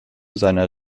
seiner